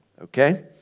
okay